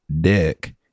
dick